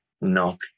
knock